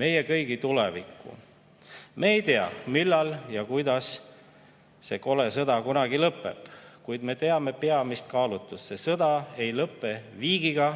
meie kõigi tulevikku. Me ei tea, millal ja kuidas see kole sõda lõpeb, kuid me teame peamist kaalutlust: see sõda ei lõpe viigiga.